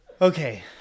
Okay